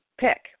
pick